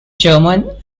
german